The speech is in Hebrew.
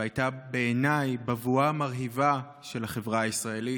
והייתה בעיניי בבואה מרהיבה של החברה הישראלית,